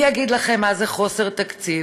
אני אגיד לכם מה זה חוסר תקציב.